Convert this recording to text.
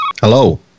Hello